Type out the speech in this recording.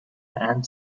and